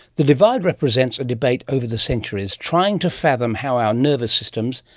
the divide represents a debate over the centuries trying to fathom how our nervous systems,